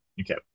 Okay